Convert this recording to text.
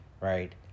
right